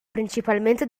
principalmente